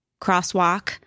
crosswalk